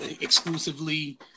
exclusively